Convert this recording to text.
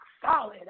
solid